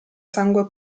sangue